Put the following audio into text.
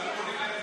אדוני היושב-ראש.